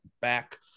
back